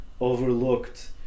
overlooked